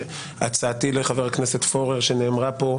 והצעתי לחבר הכנסת פורר שנאמרה כאן